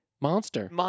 Monster